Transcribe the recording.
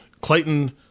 Clayton